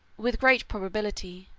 with great probability,